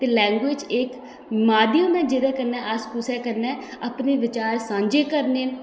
ते लैंगवेज इक माध्यम ऐ जेह्दे कन्नै अस कुसै कन्नै अपने बिचार सांझे करने न